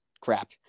crap